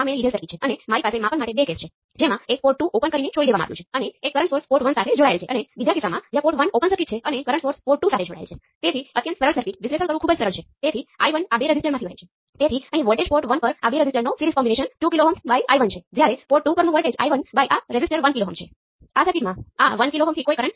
મેં પેરામીટરની તમામ વ્યાખ્યાઓ જે રીતે તેમને મુખ્ય બનાવી છે તે સૂચિબદ્ધ કરી છે કે આપણે કાં તો ઓપન સર્કિટ અથવા અમુક પોર્ટ ને શોર્ટ સર્કિટ કરીએ અને વોલ્ટેજ થી કરંટ રેશિયો અથવા કરંટ થી વોલ્ટેજ અથવા રેશિયો વોલ્ટેજ પર લઈએ અથવા યોગ્ય મુજબ કરંટ